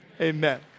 Amen